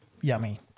yummy